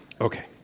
Okay